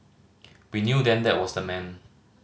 we knew then that was the man